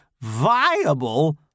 Viable